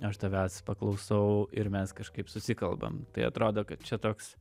aš tavęs paklausau ir mes kažkaip susikalbam tai atrodo kad čia toks